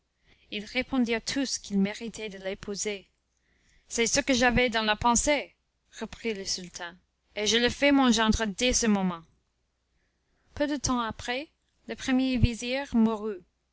ils répondirent tous qu'il méritait de l'épouser c'est ce que j'avais dans la pensée reprit le sultan et je le fais mon gendre dès ce moment peu de temps après le premier vizir mourut